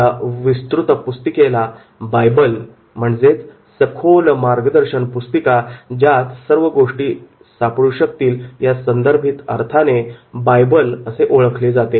या विस्तृत पुस्तिकेला 'बायबल' सखोल मार्गदर्शक पुस्तिका ज्यात सर्व गोष्टी सापडू शकतील या संदर्भित अर्थाने असे ओळखले जाते